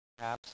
apps